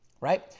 right